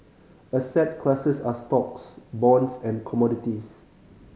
asset classes are stocks bonds and commodities